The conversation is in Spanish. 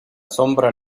sombra